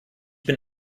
bin